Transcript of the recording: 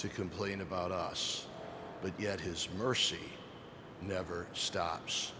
to complain about us but yet his mercy never stops